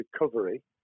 recovery